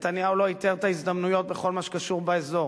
נתניהו לא ייצר את ההזדמנויות בכל מה שקשור פה באזור,